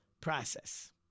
process